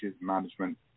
management